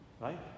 right